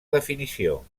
definició